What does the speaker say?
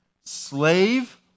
slave